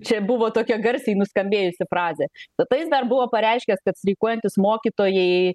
čia buvo tokia garsiai nuskambėjusi frazė tada jis dar buvo pareiškęs kad streikuojantys mokytojai